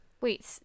Wait